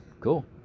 cool